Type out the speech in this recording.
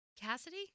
Cassidy